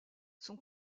son